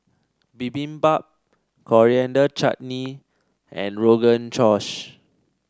Bibimbap Coriander Chutney and Rogan Josh